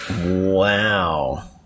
Wow